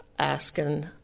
asking